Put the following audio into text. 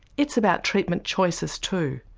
it's about treatment choices too,